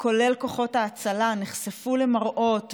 כולל כוחות ההצלה, נחשפו למראות והריחו,